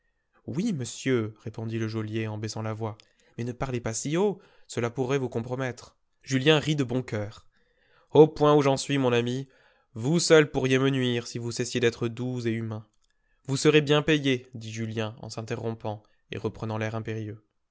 oui monsieur répondit le geôlier en baissant la voix mais ne parlez pas si haut cela pourrait vous compromettre julien rit de bon coeur au point où j'en suis mon ami vous seul pourriez me nuire si vous cessiez d'être doux et humain vous serez bien payé dit julien en s'interrompant et reprenant l'air impérieux